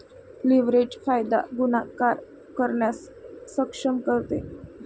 leverage फायदा गुणाकार करण्यास सक्षम करते